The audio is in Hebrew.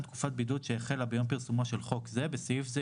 תקופת בידוד שהחלה ביום פרסומו של חוק זה (בסעיף זה,